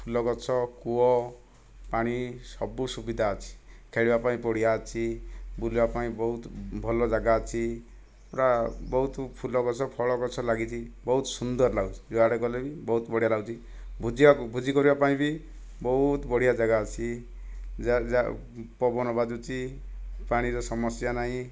ଫୁଲ ଗଛ କୂଅ ପାଣି ସବୁ ସୁବିଧା ଅଛି ଖେଳିବା ପାଇଁ ପଡ଼ିଆ ଅଛି ବୁଲିବା ପାଇଁ ବହୁତ ଭଲ ଯାଗା ଅଛି ପୂରା ବହୁତ ଫୁଲ ଗଛ ଫଳ ଗଛ ଲାଗିଛି ବହୁତ ସୁନ୍ଦର ଲାଗୁଛି ଯୁଆଡ଼େ ଗଲେ ବି ବହୁତ ବଢ଼ିଆ ଲାଗୁଛି ଭୋଜିଆକୁ ଭୋଜି କରିବା ପାଇଁ ବି ବହୁତ ବଢ଼ିଆ ଯାଗା ଅଛି ପବନ ବାଜୁଛି ପାଣିର ସମସ୍ୟା ନାହିଁ